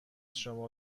شما